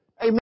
Amen